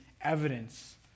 evidence